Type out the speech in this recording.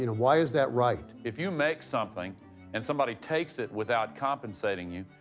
you know why is that right? if you make something and somebody takes it without compensating you,